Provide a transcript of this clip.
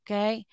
Okay